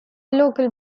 local